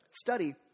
study